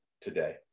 today